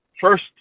First